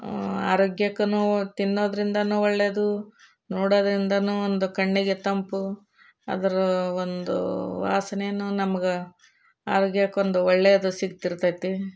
ಆರೋಗ್ಯಕ್ಕೂ ತಿನ್ನೋದರಿಂದ ಒಳ್ಳೆದು ನೋಡೋದರಿಂದನು ಒಂದು ಕಣ್ಣಿಗೆ ತಂಪು ಅದ್ರ ಒಂದು ವಾಸನೆ ನಮ್ಗೆ ಆರೋಗ್ಯಕ್ಕೊಂದು ಒಳ್ಳೆದು ಸಿಗ್ತಿರ್ತೈತೆ